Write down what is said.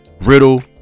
Riddle